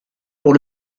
pour